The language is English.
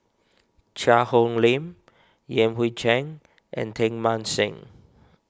Cheang Hong Lim Yan Hui Chang and Teng Mah Seng